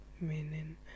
Meaning